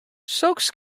soks